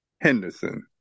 Henderson